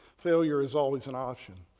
failure is always an option.